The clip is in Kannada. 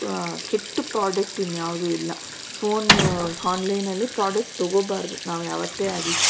ಕೆಟ್ಟ ಪ್ರಾಡಕ್ಟ್ ಇನ್ಯಾವುದೂ ಇಲ್ಲ ಫೋನ್ ಹಾನ್ಲೈನಲ್ಲಿ ಪ್ರಾಡಕ್ಟ್ ತಗೊಳ್ಬಾರ್ದು ನಾವ್ಯಾವತ್ತೇ ಆಗಲಿ